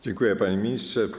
Dziękuję, panie ministrze.